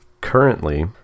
Currently